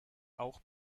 auch